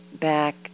back